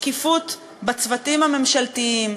שקיפות בצוותים הממשלתיים,